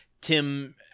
Tim